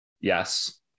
Yes